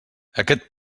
aquest